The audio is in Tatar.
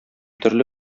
төрле